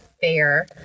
fair